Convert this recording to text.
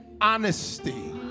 Honesty